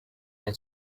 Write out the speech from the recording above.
then